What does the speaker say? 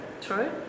true